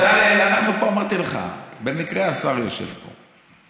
בצלאל, אנחנו פה, אמרתי לך, במקרה השר יושב פה.